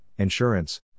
insurance